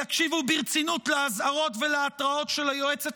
יקשיבו ברצינות לאזהרות ולהתראות של היועצת